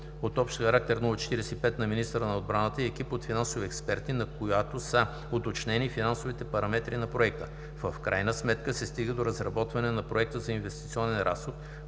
заповед, № ОХ-045, на министъра на отбраната и екип от финансови експерти, на която са уточнени финансовите параметри на проекта. В крайна сметка се стига до разработване на Проект за инвестиционен разход,